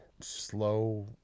slow